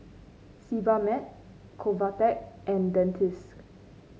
Sebamed Convatec and Dentiste